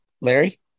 Larry